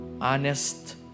honest